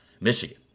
Michigan